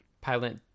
pilot